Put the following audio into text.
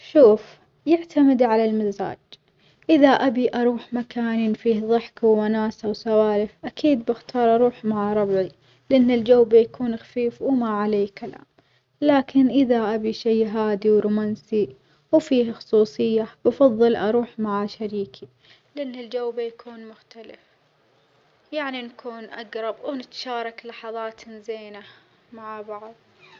شوف يعتمد على المزاج، إذا أبي أروح مكان في ظحك ووناسة وسوالف أكيد بختار أروح مع ربعي لأن الجو بيكون خفيف وما عليه كلام، لكن إذا أبي شي هادي ورومانسي وفيه خصوصية أفظل أروح مع شريكي، لأن الجو بيكون مختلف يعني نكون أجرب ونتشارك لحظات زينة مع بعظ.